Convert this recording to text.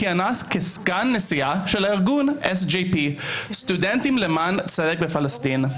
כיהנה כסגנית נשיאה של ארגון SJP סטודנטים למען צדק בפלסטין.